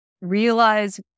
realize